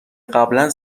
قبلا